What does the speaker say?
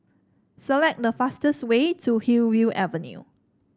select the fastest way to Hillview Avenue